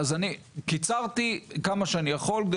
אז, קיצרתי כמה שאני יכול על